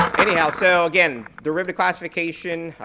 anyhow, so again, derivative classification,